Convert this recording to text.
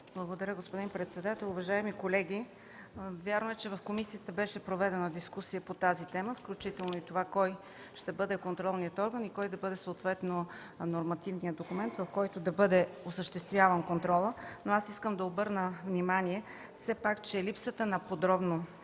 Благодаря, господин председател. Уважаеми колеги, вярно е, че в комисията беше проведена дискусия по тази тема, включително и това кой ще бъде контролният орган и кой да бъде съответно нормативният документ, по който да бъде осъществяван контролът, но аз искам да обърна внимание все пак, че липсата на подробно